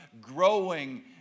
growing